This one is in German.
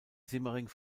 simmering